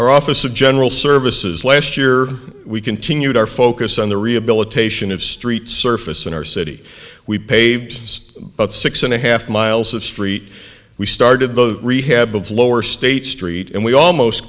our office of general services last year we continued our focus on the rehabilitation of street surface in our city we paid about six and a half miles of st we started the rehab of lower state street and we almost